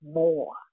more